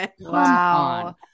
Wow